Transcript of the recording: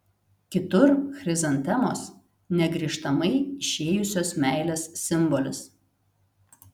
kitur chrizantemos negrįžtamai išėjusios meilės simbolis